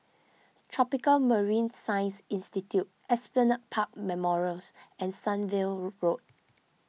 Tropical Marine Science Institute Esplanade Park Memorials and Sunview Road